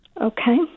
Okay